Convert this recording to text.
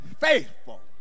faithful